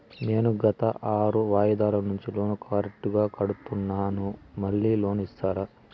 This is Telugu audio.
నేను గత ఆరు వాయిదాల నుండి లోను కరెక్టుగా కడ్తున్నాను, మళ్ళీ లోను ఇస్తారా?